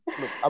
look